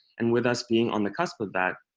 and with us being on the cusp of that,